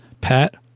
Pat